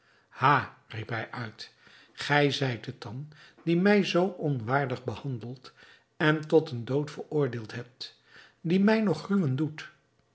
ha riep hij uit gij zijt het dan die mij zoo onwaardig behandeld en tot een dood veroordeeld hebt die mij nog gruwen doet